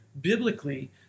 biblically